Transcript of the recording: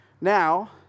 Now